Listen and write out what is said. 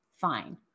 fine